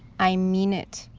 i mean it.